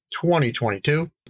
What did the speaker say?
2022